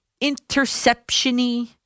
interception-y